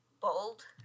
bold